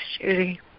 Judy